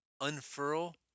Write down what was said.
unfurl